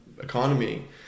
economy